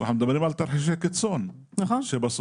ואנחנו מדברים על תרחישי קיצון בסוף.